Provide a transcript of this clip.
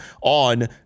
on